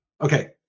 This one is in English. Okay